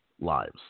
lives